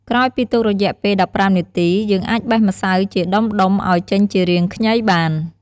ក្រោយពីទុករយៈពេល១៥នាទី យើងអាចបេះម្សៅជាដុំៗឱ្យចេញជារាងខ្ញីបាន។